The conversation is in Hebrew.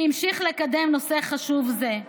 שהמשיך לקדם נושא חשוב זה,